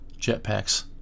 jetpacks